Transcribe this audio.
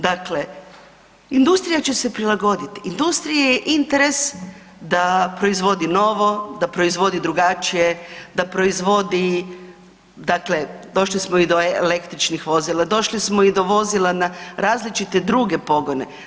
Dakle, industrija će se prilagoditi, industriji je interes da proizvodi novo, da proizvodi drugačije, da proizvodi dakle došli smo i do električnih vozila, došli smo i do vozila na različite druge pogone.